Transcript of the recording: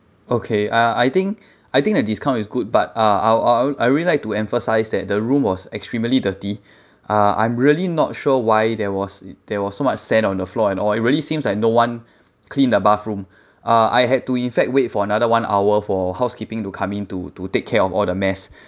okay uh I think I think the discount is good but uh I'll I want I really like to emphasize that the room was extremely dirty uh I'm really not sure why there was there was so much sand on the floor and all it really seems like no one clean the bathroom uh I had to in fact wait for another one hour for housekeeping to come in to to take care of all the mess